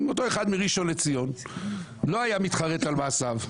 אם אותו אחד מראשון לציון לא היה מתחרט על מעשיו,